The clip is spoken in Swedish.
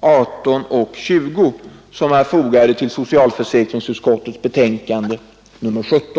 18 och 20, som är fogade till socialförsäkringsutskottets betänkande nr 17.